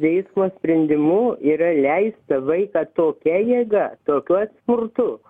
teismo sprendimu yra leista vaiką tokia jėga tokio smurtu